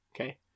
Okay